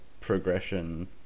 progression